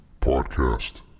podcast